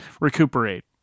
recuperate